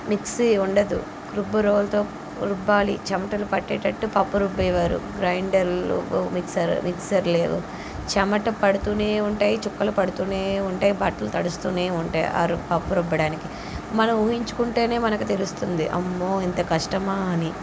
mixie ఉండదు రుబ్బురోలుతో రుబ్బాలి చెమటలు పట్టేటట్టు పప్పు రుబ్బేవారు గ్రైండర్లు మిక్సర్ మిక్సర్ లేదు చెమట పడుతూనే ఉంటాయి చుక్కలు పడుతూనే ఉంటాయి బట్టలు తడుస్తూనే ఉంటాయి ఆ పప్పు రుబ్బడానికి మనం ఊహించుకుంటేనే మనకి తెలుస్తుంది అమ్మో ఇంత కష్టమా అని